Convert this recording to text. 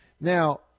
Now